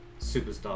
superstar